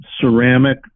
ceramic